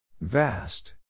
vast